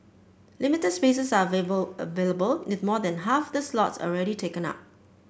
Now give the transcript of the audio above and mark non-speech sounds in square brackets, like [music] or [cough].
limited spaces are [unintelligible] available with more than half of the slots already taken up